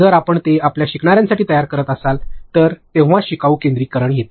जर आपण ते आपल्या शिकणार्यांसाठी तयार करीत असाल तर तेव्हांच शिकाऊ केंद्रीकरण येते